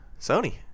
Sony